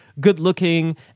good-looking